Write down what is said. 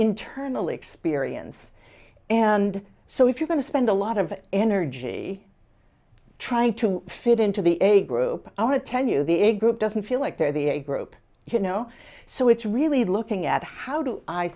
internal experience and so if you're going to spend a lot of energy trying to fit into the a group i want to tell you the a group doesn't feel like they're the a group you know so it's really looking at how do i